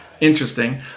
interesting